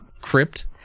crypt